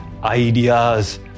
Ideas